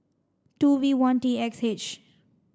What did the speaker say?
two V one T X H